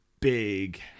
big